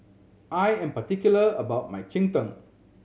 I am particular about my cheng tng